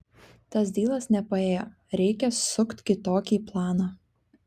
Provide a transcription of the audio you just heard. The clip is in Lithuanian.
tas dylas nepaėjo reikia sukt kitokį planą